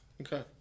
Okay